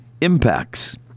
impacts